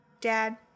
Dad